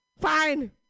Fine